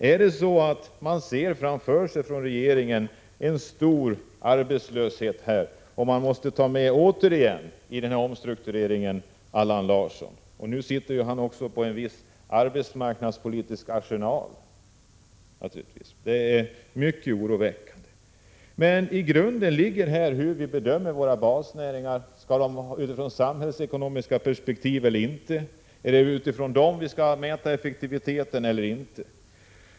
Är det så att regeringen här ser framför sig en stor arbetslöshet och i denna omstrukturering återigen måste ta med sig Allan Larsson? Nu sitter ju han på en viss arbetsmarknadspolitisk arsenal. Det är oroväckande. Men i grunden ligger hur vi bedömer våra basnäringar. Skall de bedömas från samhällsekonomiska perspektiv eller inte? Är det utifrån dessa vi skall mäta effektiviteten eller inte?